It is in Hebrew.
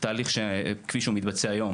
התהליך כפי שהוא מתבצע היום